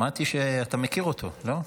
שמעתי שאתה מכיר אותו, לא?